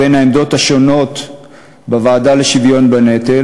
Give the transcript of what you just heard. בין העמדות השונות העולות בוועדה לשוויון בנטל.